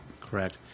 Correct